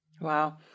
Wow